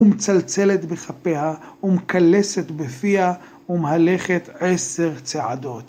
ומצלצלת בכפיה, ומקלסת בפיה, ומהלכת עשר צעדות.